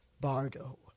Bardo